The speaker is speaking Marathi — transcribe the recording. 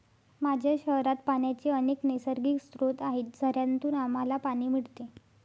माझ्या शहरात पाण्याचे अनेक नैसर्गिक स्रोत आहेत, झऱ्यांतून आम्हाला पाणी मिळते